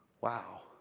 wow